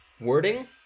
wording